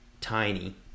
tiny